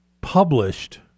published